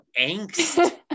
angst